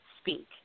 speak